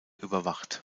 überwacht